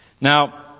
now